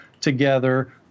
together